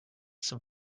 some